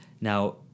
Now